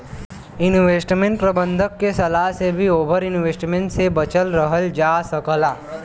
investment प्रबंधक के सलाह से भी ओवर इन्वेस्टमेंट से बचल रहल जा सकला